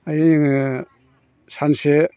ओमफ्राय जोङो सानसे